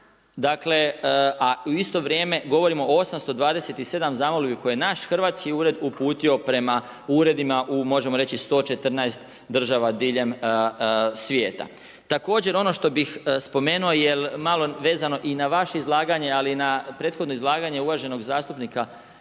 dakle a u isto vrijeme govorimo o 827 zamolbi koje je naš hrvatski ured uputio prema uredima u možemo reći, 114 država diljem svijeta. Također, ono što bih spomenuo jel, malo vezano i na vaše izlaganje ali na prethodno izlaganje uvaženog zastupnika Bunjca,